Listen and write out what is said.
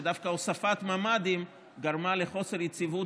שדווקא הוספת ממ"דים גרמה לחוסר יציבות